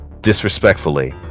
disrespectfully